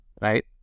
right